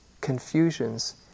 confusions